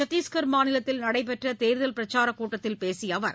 சத்தீஸ்கர் மாநிலத்தில் நடைபெற்ற தேர்தல் பிரச்சாரக் கூட்டத்தில் பேசிய அவர்